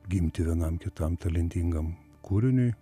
gimti vienam kitam talentingam kūriniui